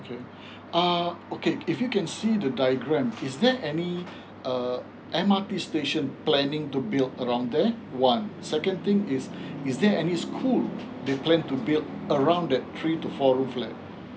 okay ah okay if you can see the diagram is there any uh M_R_T station planning to build around there one second thing is is there any school mall they plan to build around that three to four room flat